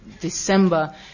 December